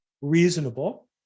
reasonable